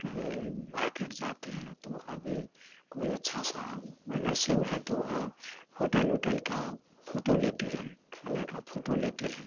कहीं मार्किट जाते हैं तो वहां भी कोई अच्छा सा अगर सीन है तो वहां होटल उटल का फोटो लेते हैं खाने का फोटो लेते हैं